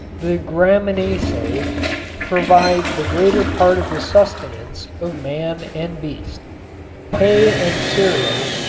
the graminaceae provide the greater part of the sustenance of man and beast hay and cereals,